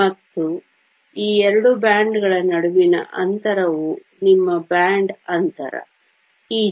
ಮತ್ತು ಈ ಎರಡು ಬ್ಯಾಂಡ್ ಗಳ ನಡುವಿನ ಅಂತರವು ನಿಮ್ಮ ಬ್ಯಾಂಡ್ ಅಂತರ Eg